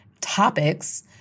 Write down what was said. topics